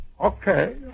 Okay